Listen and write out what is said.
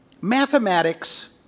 mathematics